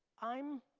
i'm